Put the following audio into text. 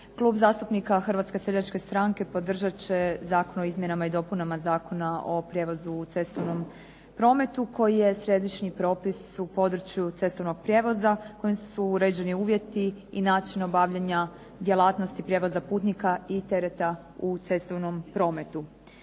Klub zastupnika Hrvatske seljačke stranke podržat će Zakon o izmjenama i dopunama Zakona o prijevozu u cestovnom prometu, koji je sjedišni propis u području cestovnog prijevoza, kojim su uređeni uvjeti i način obavljanja djelatnosti prijevoza putnika i tereta u cestovnom prometu.